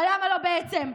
אבל למה לא, בעצם?